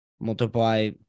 multiply